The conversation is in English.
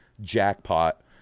Jackpot